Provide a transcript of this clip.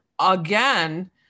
again